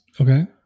Okay